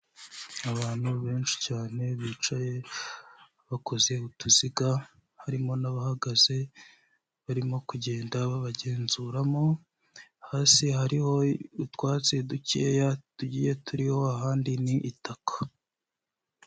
Abantu benshi cyane bicaye bakoze utuziga, harimo n'abahagaze barimo kugenda babagenzuramo, hasi hariho utwatsi dukeya tugiye turiho, ahandi ni itaka.